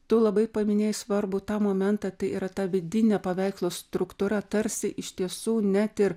tu labai paminėjai svarbų tą momentą tai yra ta vidinė paveikslo struktūra tarsi iš tiesų net ir